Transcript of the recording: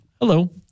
Hello